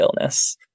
illness